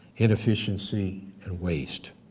inefficiency and waste.